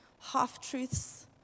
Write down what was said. half-truths